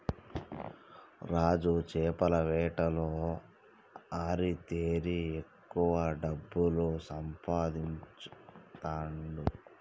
రాజు చేపల వేటలో ఆరితేరి ఎక్కువ డబ్బులు సంపాదించుతాండు